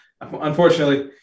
unfortunately